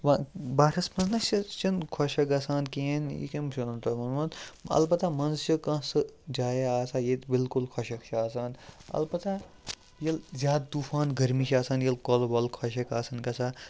وَ بہارَس منٛز نہ چھِ چھِنہٕ خۄشِک گژھان کِہیٖنۍ یہِ کٔمۍ چھُ نَو تۄہہِ ووٚنمُت البتہ منٛزٕ چھِ کانٛہہ سُہ جایہِ آسان ییٚتہِ بالکُل خۄشک چھِ آسان البتہ ییٚلہِ زیادٕ طوٗفان گرمی چھِ آسان ییٚلہِ کۄلہٕ وۄل خۄشک آسان گژھان